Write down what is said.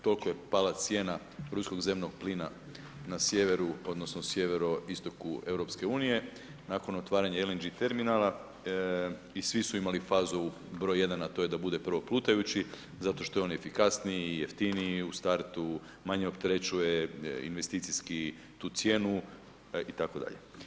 Toliko je pala cijena … plina na sjeveru odnosno, sjeveroistoku EU, nakon otvaranja LNG terminala i svi su imali fazu, broj jedan, a to je da bude prvo plutajući, zato što je on efikasniji i jeftinije u startu, manje opterećuje investicijski tu cijenu itd.